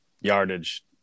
yardage